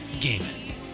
Gaming